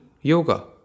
yoga